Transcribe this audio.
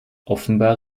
offenbar